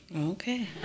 Okay